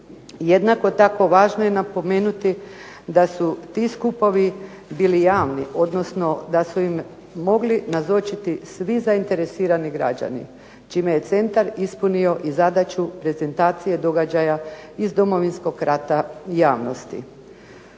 Jednako tako važno je napomenuti da su ti skupovi bili javni, odnosno da su im mogli nazočiti svi zainteresirani građani čime je centar ispunio i zadaću prezentacije događaja iz Domovinskog rata javnosti.